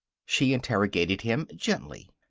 she interrogated him gently.